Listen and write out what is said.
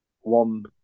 one